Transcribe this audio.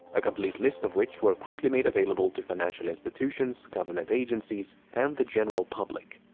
a complete list of which were quickly made available to financial institutions, government agencies, and the general public.